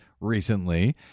recently